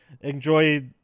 enjoy